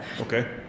okay